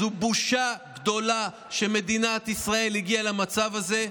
זו בושה גדולה שמדינת ישראל הגיעה למצב הזה.